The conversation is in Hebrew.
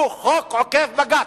הוא חוק עוקף-בג"ץ.